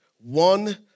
one